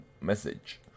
message